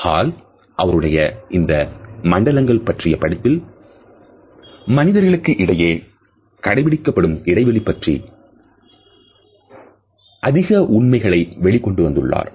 hall அவருடைய இந்த மண்டலங்கள் பற்றிய படிப்பில் மனிதர்களுக்கிடையே கடைபிடிக்கப்படும் இடைவெளி பற்றிய அதிக உண்மைகளை வெளிக்கொண்டு வந்துள்ளார்